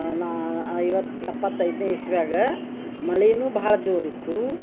ನಾ ಐವತ್ತು ಎಪ್ಪತ್ತೈದನೇ ಇಸ್ವ್ಯಾಗ ಮಳಿನು ಭಾಳ ಜೋರಿತ್ತು